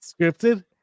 Scripted